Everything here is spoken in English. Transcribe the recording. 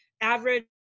average